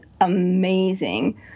amazing